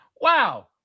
Wow